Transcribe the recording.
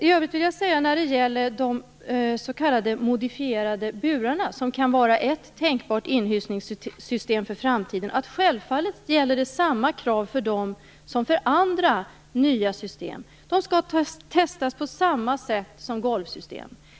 I övrigt vill jag säga när det gäller de s.k. modifierade burarna, som kan vara ett tänkbart inhysningssystem för framtiden, att det självfallet gäller samma krav för dem som för andra nya system. De skall testas på samma sätt som golvsystem.